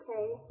Okay